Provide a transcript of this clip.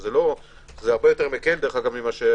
שזה הרבה יותר מקל מהיום,